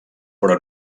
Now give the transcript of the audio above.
però